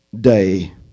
day